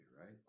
right